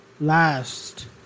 last